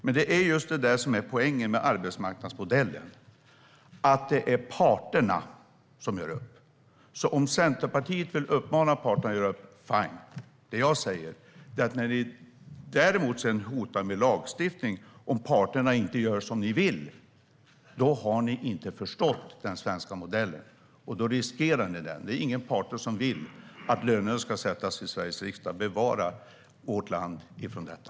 Men det är just detta som är poängen med arbetsmarknadsmodellen. Det är parterna som gör upp. Om Centerpartiet vill uppmana parterna att göra upp, fine, men om ni hotar med lagstiftning när parterna inte gör som ni vill har ni inte förstått den svenska modellen. Då riskerar ni den. Inga parter vill att lönerna ska sättas i Sveriges riksdag. Bevara vårt land ifrån detta!